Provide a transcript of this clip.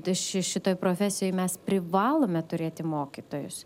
tai ši šitoj profesijoj mes privalome turėti mokytojus